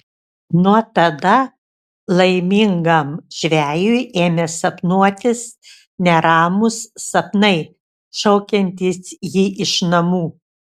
nuo tada laimingam žvejui ėmė sapnuotis neramūs sapnai šaukiantys jį iš namų